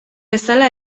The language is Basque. bezala